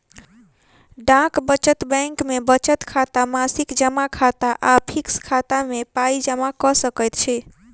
डाक बचत बैंक मे बचत खाता, मासिक जमा खाता आ फिक्स खाता मे पाइ जमा क सकैत छी